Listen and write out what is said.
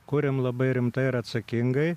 kuriam labai rimtai ir atsakingai